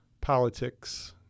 politics